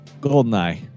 Goldeneye